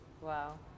Wow